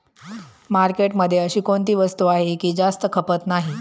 मार्केटमध्ये अशी कोणती वस्तू आहे की जास्त खपत नाही?